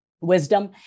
wisdom